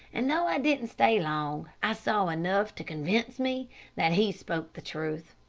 and though i didn't stay long, i saw enough to convince me that he spoke the truth.